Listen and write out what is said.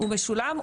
הוא משולם,